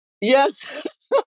Yes